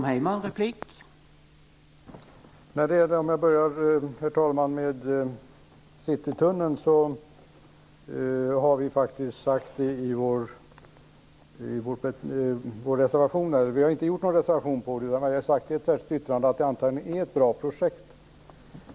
Herr talman! I fråga om Citytunneln har vi ingen reservation, men vi har sagt i ett särskilt yttrande att det antagligen är ett bra projekt.